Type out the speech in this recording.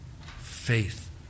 faith